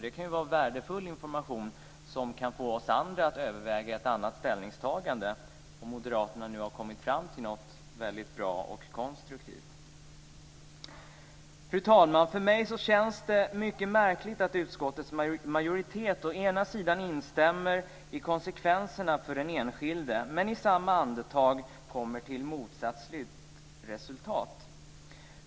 Det kan ju vara värdefull information som kan få oss andra att överväga ett annat ställningstagande, om nu moderaterna har kommit fram till något bra och konstruktivt. Fru talman! För mig känns det mycket märkligt att utskottets majoritet först instämmer i konsekvenserna för den enskilde men i samma andetag kommer till motsatt slutresultat.